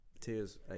tears